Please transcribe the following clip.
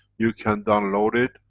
you can download it,